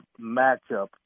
matchup